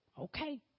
okay